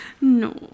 no